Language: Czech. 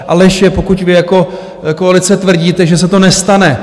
A lež je, pokud vy jako koalice tvrdíte, že se to nestane.